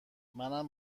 منم